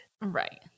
right